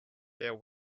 there